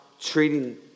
treating